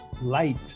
light